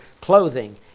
clothing